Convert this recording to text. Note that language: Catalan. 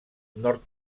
nord